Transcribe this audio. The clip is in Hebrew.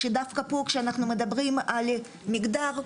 שדווקא פה כשאנחנו מדברים על מגדר,